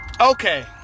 okay